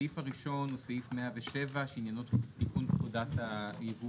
הסעיף הראשון הוא סעיף 107 שעניינו תיקון פקודת היבוא